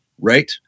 Right